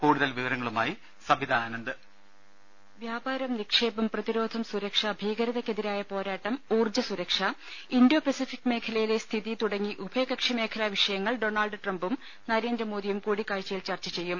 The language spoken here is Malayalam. കൂടുതൽ വിവരങ്ങളുമായി സബിതാ ആനന്ദ് വോയ്സ് ദേദ വ്യാപാരം നിക്ഷേപം പ്രതിരോധം സുരക്ഷ ഭീകരതയ്ക്കെതിരായ പോരാട്ടം ഊർജ്ജസുരക്ഷ ഇൻഡോ പെസിഫിക്ക് മേഖലയിലെ സ്ഥിതി തുടങ്ങി ഉഭയകക്ഷി മേഖലാ വിഷയങ്ങൾ ഡൊണാൾഡ് ട്രംപും നരേന്ദ്രമോദിയും കൂടിക്കാഴ്ചയിൽ ചർച്ച ചെയ്യും